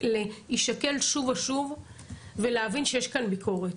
להישקל שוב ושוב ולהבין שיש כאן ביקורת.